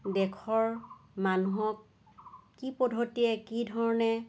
দেশৰ মানুহক কি পদ্ধতিৰে কি ধৰণে